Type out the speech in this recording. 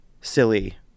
silly